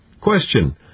Question